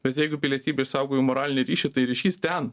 bet jeigu pilietybė išsaugo jų moralinį ryšį tai ryšys ten